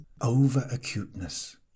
over-acuteness